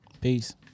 Peace